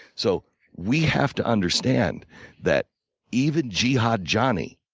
so we have to understand that even jihad johnny,